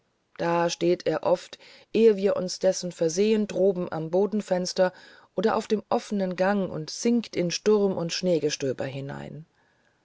da steht er oft ehe wir uns dessen versehen droben am bodenfenster oder auf dem offenen gange und singt in sturm und schneegestöber hinein